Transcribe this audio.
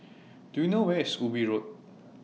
Do YOU know Where IS Ubi Road